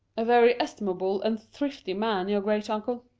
a very estimable and thrifty man, your great uncle.